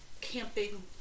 Camping